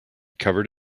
covered